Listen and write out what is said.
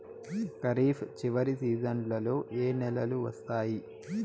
ఖరీఫ్ చివరి సీజన్లలో ఏ నెలలు వస్తాయి?